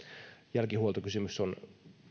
jälkihuoltokysymys on